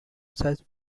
sized